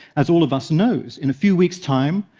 as all of us knows, in a few weeks time,